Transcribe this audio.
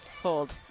Hold